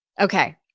Okay